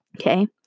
okay